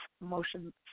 motion